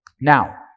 Now